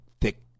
thick